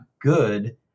good